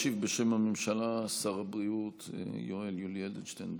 ישיב בשם הממשלה שר הבריאות יואל יולי אדלשטיין,